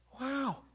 wow